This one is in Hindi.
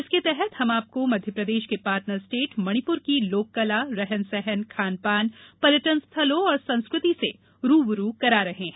इसके तहत हम आपको मध्यप्रदेश के पार्टनर स्टेट मणिपुर की लोककला रहन सहन खान पान पर्यटन स्थलों और संस्कृति से रू ब रू करा रहे हैं